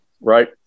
right